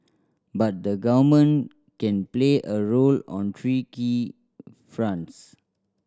but the Government can play a role on three key fronts